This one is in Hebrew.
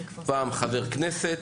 פעם חבר כנסת,